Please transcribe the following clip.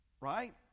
Right